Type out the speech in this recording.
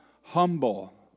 humble